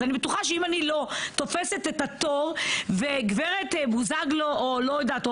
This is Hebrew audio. אז אני בטוחה שאם אני לא תופסת את התור וגב' בוזגלו או לא יודעת,